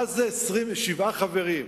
מה זה 27 חברים?